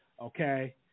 Okay